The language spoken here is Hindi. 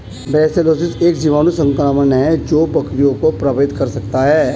ब्रुसेलोसिस एक जीवाणु संक्रमण है जो बकरियों को प्रभावित कर सकता है